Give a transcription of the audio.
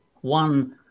one